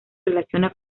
relaciona